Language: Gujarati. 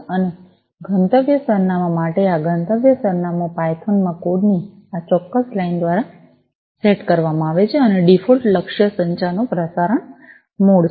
અને ગંતવ્ય સરનામા માટે આ ગંતવ્ય સરનામું પાયથોન માં કોડ ની આ ચોક્કસ લાઇન દ્વારા સેટ કરવામાં આવે છે અને ડિફોલ્ટ લક્ષ્ય સંચારનું પ્રસારણ મોડ છે